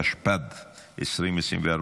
התשפ"ד 2024,